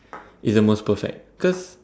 is the most perfect cause